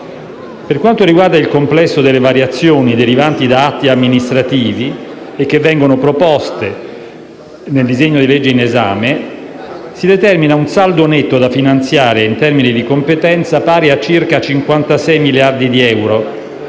Per quanto riguarda il complesso delle variazioni derivanti da atti amministrativi e proposte nel disegno di legge in esame, si determina un saldo netto da finanziare, in termini di competenza, pari a circa 56 miliardi di euro,